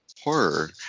horror